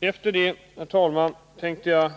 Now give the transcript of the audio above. Efter detta, herr talman, tänker jag